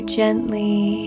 gently